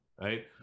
right